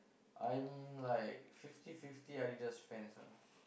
I'm like fifty fifty Adidas fans ah